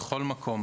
בכל מקום,